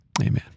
Amen